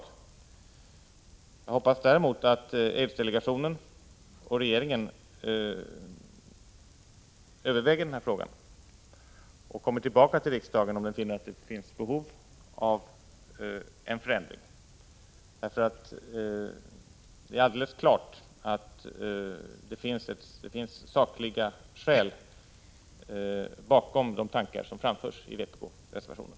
Däremot hoppas jag att aidsdelegationen och regeringen överväger den här frågan och kommer tillbaka till riksdagen, om det anses att det finns behov av en förändring. Det är ju alldeles klart att det finns sakliga skäl bakom de tankar som framförs i vpk-reservationen.